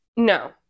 no